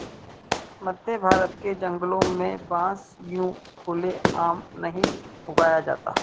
मध्यभारत के जंगलों में बांस यूं खुले आम नहीं उगाया जाता